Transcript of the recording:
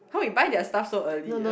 how you buy their stuff so early ah